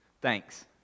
Thanks